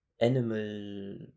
animal